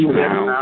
now